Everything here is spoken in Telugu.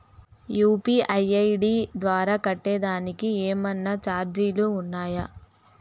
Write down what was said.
యు.పి.ఐ ఐ.డి ద్వారా కట్టేదానికి ఏమన్నా చార్జీలు ఉండాయా?